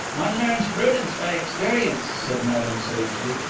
one learns prudence by experience, said madame sagely.